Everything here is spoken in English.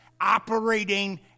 operating